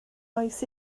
oes